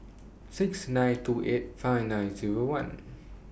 six nine two eight five nine Zero one